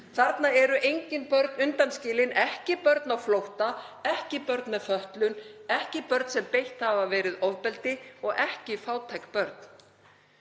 Þarna eru engin börn undanskilin, ekki börn á flótta, ekki börn með fötlun, ekki börn sem beitt hafa verið ofbeldi og ekki fátæk börn.